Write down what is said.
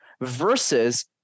versus